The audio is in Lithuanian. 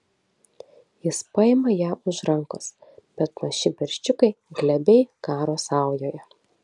jis paima ją už rankos bet maži pirščiukai glebiai karo saujoje